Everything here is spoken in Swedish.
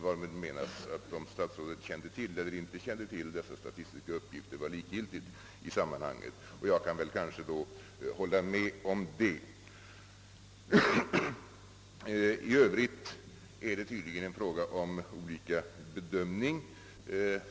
Därmed menas väl att om statsrådet kände till eller inte kände till de statistiska uppgifterna var likgiltigt i sammanhanget, och jag kan kanske hålla med om detta. I övrigt är det tydligen en fråga om olika bedömning.